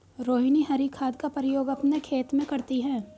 रोहिनी हरी खाद का प्रयोग अपने खेत में करती है